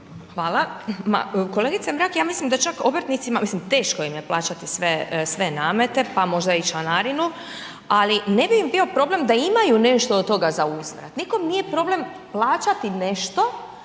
Hvala. Kolegice Mrak ja mislim da čak obrtnicima, mislim teško im je plaćati sve namete pa možda i članarinu, ali ne bi im bio problem da imaju nešto od toga zauzvrat. Nikom nije problem plaćati nešto